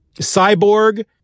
Cyborg